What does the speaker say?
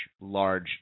large